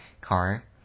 car